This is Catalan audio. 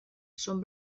són